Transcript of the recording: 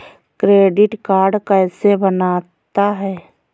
Credit card कैसे बनता है?